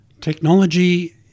Technology